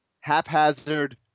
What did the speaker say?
haphazard